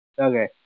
Okay